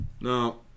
No